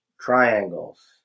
Triangles